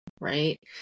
right